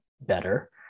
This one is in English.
better